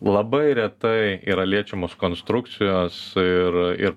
labai retai yra liečiamos konstrukcijos ir ir